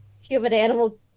human-animal